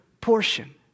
portion